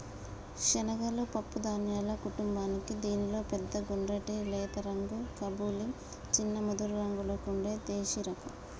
శనగలు పప్పు ధాన్యాల కుటుంబానికీ దీనిలో పెద్ద గుండ్రటి లేత రంగు కబూలి, చిన్న ముదురురంగులో ఉండే దేశిరకం